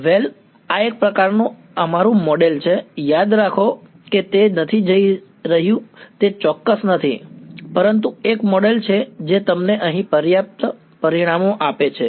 વેલ આ એક પ્રકારનું આ અમારું મોડેલ છે યાદ રાખો કે તે નથી જઈ રહ્યું તે ચોક્કસ નથી પરંતુ તે એક મોડેલ છે જે તમને અહીં પર્યાપ્ત પરિણામો આપે છે